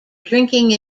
drinking